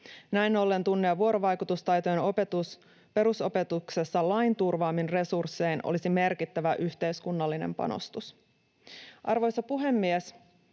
Näin ollen tunne‑ ja vuorovaikutustaitojen opetus perusopetuksessa lain turvaamin resurssein olisi merkittävä yhteiskunnallinen panostus. Arvoisa puhemies!